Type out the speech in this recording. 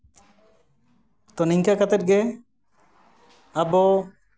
ᱛᱚ ᱱᱤᱝᱠᱟᱹ ᱠᱟᱛᱮᱫ ᱜᱮ ᱟᱵᱚ